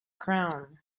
crown